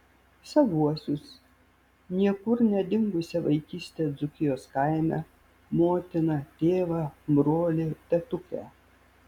savuosius niekur nedingusią vaikystę dzūkijos kaime motiną tėvą brolį tetukę